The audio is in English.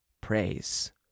praise